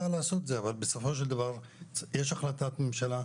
לעשות את זה אבל בסופו של דבר יש החלטת ממשלה,